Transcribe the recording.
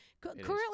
Currently